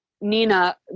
Nina